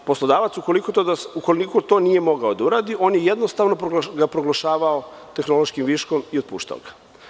Poslodavac, ukoliko to nije mogao da uradi, on ga je jednostavno proglašavao tehnološkim viškom i otpuštao ga.